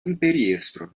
imperiestro